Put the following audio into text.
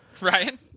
Ryan